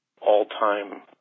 all-time